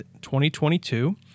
2022